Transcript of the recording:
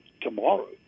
tomorrow